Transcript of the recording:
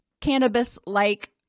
cannabis-like